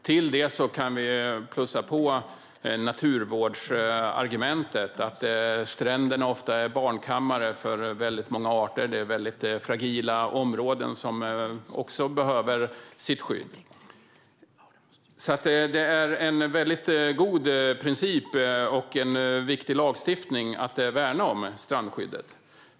Till detta kan vi lägga naturvårdsargumentet, det vill säga att stränderna ofta är barnkammare för många arter. Det är väldigt fragila områden som behöver skydd. Det är alltså en god princip att värna strandskyddet, som är en viktig lagstiftning.